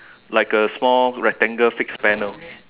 like a small rectangle fixed panel